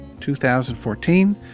2014